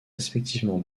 respectivement